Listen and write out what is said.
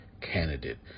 candidate